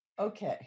okay